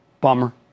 Bummer